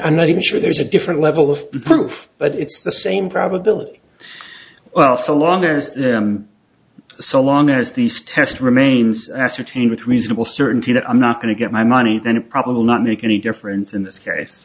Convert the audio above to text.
i'm not even sure there's a different level of proof but it's the same probability well so long as them so long as these test remains ascertain with reasonable certainty that i'm not going to get my money then it probably will not make any difference in this case